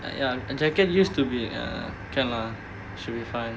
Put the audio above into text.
ya jacket needs to be uh can lah should be fine